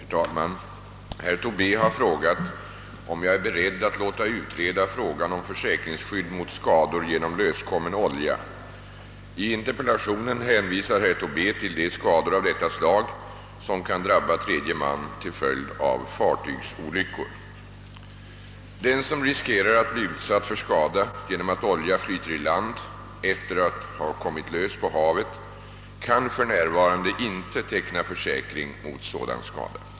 Herr talman! Herr Tobé har frågat om jag är beredd att låta utreda frågan om försäkringsskydd mot skador genom löskommen olja. I interpellationen hänvisar herr Tobé till de skador av detta slag som kan drabba tredje man till följd av fartygsolyckor. Den som riskerar att bli utsatt för skada genom att olja flyter i land efter att ha kommit lös på havet kan för närvarande inte teckna försäkring mot sådan skada.